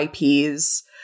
IPs